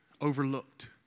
overlooked